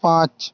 পাঁচ